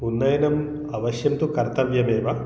उन्नयनं अवश्यं तु कर्तव्यमेव